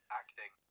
acting